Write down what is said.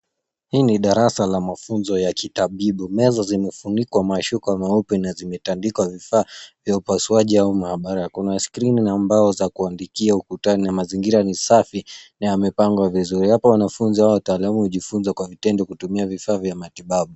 Hii darasa ya mafunzo la kitabibu. Meza zimefunikwa mashuka meupe na zimetandikwa vifaa vya upasuaji au maabara. Kuna skrini na mbao za kuandikia ukutani na mazingira ni safi na yamepangwa vizuri. Hapa wanafunzi au wataalamu hujifunza kwa vitendo kutumia vifaa vya matibabu.